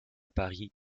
paris